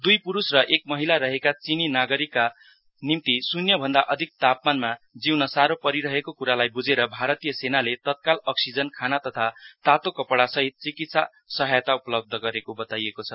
दुई पुरूष र एक महिला रहेका चीनी नागरिक निम्ति शुन्य भन्दा अधिक तापमानमा जिउन साह्रो परिरहेको कुरालाई बुझेर भारतीय सेनाले तत्काल अक्सिजन खाना तथा तांतो कपडासहित चिकित्सा सहायता उपलब्ध गरेको बताइएको छ